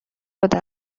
شده